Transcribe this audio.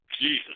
Jesus